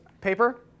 paper